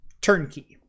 turnkey